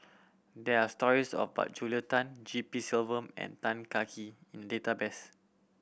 there are stories about Julia Tan G P Selvam and Tan Kah Kee in database